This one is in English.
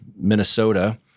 Minnesota